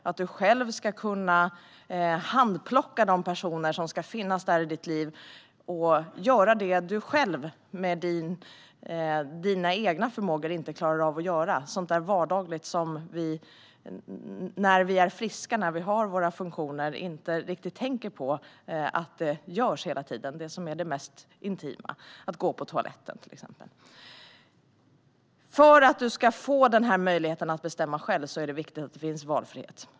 Du ska själv kunna handplocka de personer som ska finnas där i ditt liv och göra det du själv med dina egna förmågor inte klarar av att göra. Det handlar om sådant där vardagligt som vi när vi är friska och har våra funktioner inte riktigt tänker på att det görs hela tiden, sådant där som är det mest intima, till exempel att gå på toaletten. För att du ska få den här möjligheten att bestämma själv är det viktigt att det finns valfrihet.